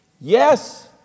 Yes